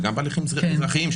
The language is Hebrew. וגם בהליכים אזרחיים,